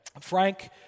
Frank